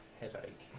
headache